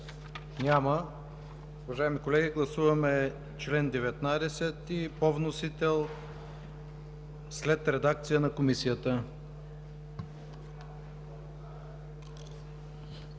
Няма. Уважаеми колеги, гласуваме чл. 19 по вносител след редакция на Комисията.